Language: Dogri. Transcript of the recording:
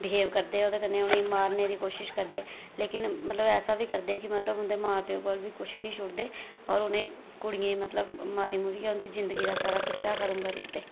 बिहेब करदे ओहदे कन्नै उनें गी मारने दी कोशिश करदे लेकिन मतलब ऐसा बी करदे कि मतलब उंदा मां प्यो कोल बी कुछ नेई छोडदे और उनें गी कुडियें गी मतलब मारी ऐ उंदी जिदंगी दा सारा किस्सा खत्म करी ओड़दे